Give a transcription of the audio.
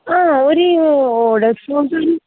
ആ ഒരു